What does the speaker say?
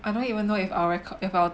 I don't even know if our record if our